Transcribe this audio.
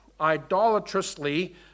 idolatrously